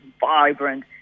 vibrant